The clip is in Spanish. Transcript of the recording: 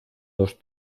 dos